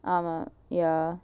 ஆமா:aamaa ya